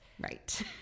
Right